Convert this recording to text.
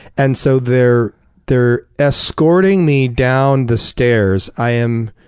and so they're they're escorting me down the stairs. i am